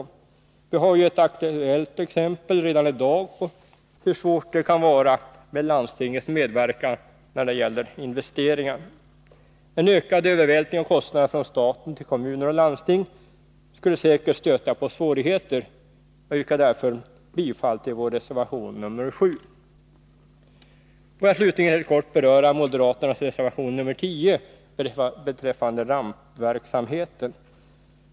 Vi har ju redan i dag ett aktuellt exempel på hur svårt det kan vara med landstingets medverkan när det gäller investeringar. En ökad övervältring av kostnader från staten till kommuner och landsting skulle säkert stöta på svårigheter. Jag yrkar därför bifall till vår reservation nr 7. Får jag slutligen helt kort beröra moderaternas reservation nr 10 beträffande rampverksamheten.